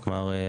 כלומר,